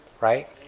Right